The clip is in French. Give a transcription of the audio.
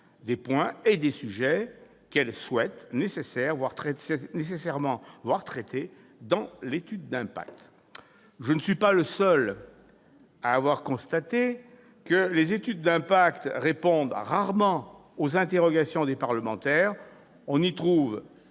des points et des sujets qu'elles souhaitent voir traiter dans l'étude d'impact. Je ne suis pas le seul à avoir constaté que les études d'impact répondent rarement aux interrogations des parlementaires : on y trouve